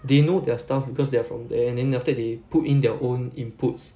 they know their stuff because they are from there and then after that they put in their own inputs